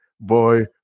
Boy